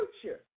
future